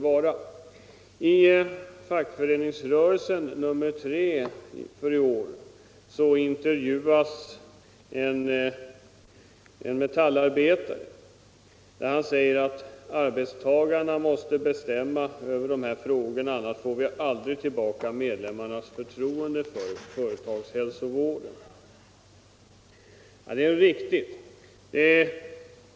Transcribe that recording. I Fackföreningsrörelsen nr 3 för i år intervjuas en metallarbetare, som säger att arbetstagarna måste bestämma över de här frågorna, för annars får vi aldrig tillbaka medlemmarnas förtroende för företagshälsovården. Det är riktigt.